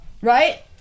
Right